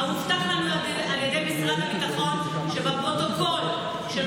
הובטח לנו על ידי משרד הביטחון שבפרוטוקול של